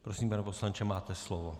Prosím, pane poslanče, máte slovo.